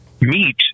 meet